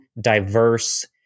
diverse